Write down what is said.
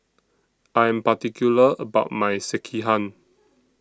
I Am particular about My Sekihan